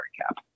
cap